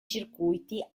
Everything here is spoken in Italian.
circuiti